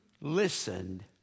listened